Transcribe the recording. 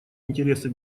интересы